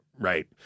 right